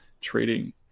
trading